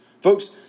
Folks